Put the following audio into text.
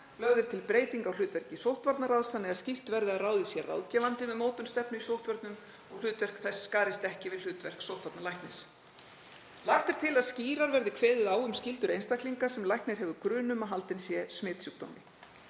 Lögð er til breyting á hlutverki sóttvarnaráðs þannig að skýrt verði að ráðið sé ráðgefandi við mótun stefnu í sóttvörnum og hlutverk þess skarist ekki við hlutverk sóttvarnalæknis. Lagt er til að skýrar verði kveðið á um skyldur einstaklings sem læknir hefur grun um að haldinn sé smitsjúkdómi.